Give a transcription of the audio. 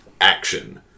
Action